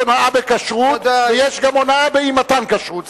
יש הונאה בכשרות ויש גם הונאה באי-מתן כשרות.